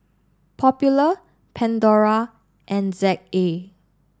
Popular Pandora and Z A